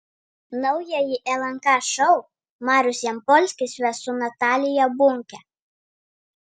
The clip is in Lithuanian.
naująjį lnk šou marius jampolskis ves su natalija bunke